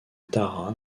tara